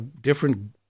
different